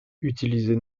utilisée